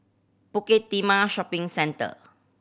Bukit Timah Shopping Centre